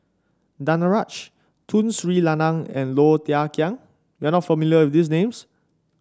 Danaraj Tun Sri Lanang and Low Thia Khiang You are not familiar with these names